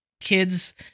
kids